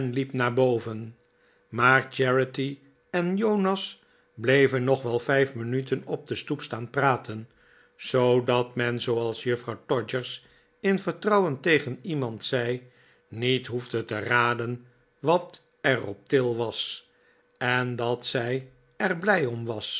hep naar boven maar charity en jonas bleven nog wel vijf minuten op de stoep staan praten zoodat men zooals juffrouw todgers in vertrouwen tegeri iemand zei niet hoefde te raden wat er op til was en dat zij er blij om was